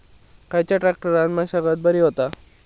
खयल्या ट्रॅक्टरान मशागत बरी होता?